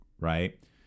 Right